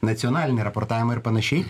nacionalinį raportavimą ir panašiai